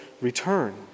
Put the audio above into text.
return